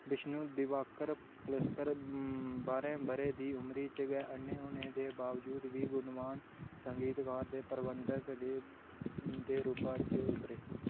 विष्णु दिवाकर पलुस्कर बारें ब'रें दी उमरी च गै अ'न्ने होने दे बावजूद बी गुणवान संगीतकार ते प्रबंधक दे दे रूपा च उब्भरे